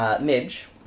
Midge